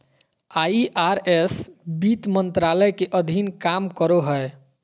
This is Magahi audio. आई.आर.एस वित्त मंत्रालय के अधीन काम करो हय